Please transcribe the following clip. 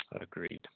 Agreed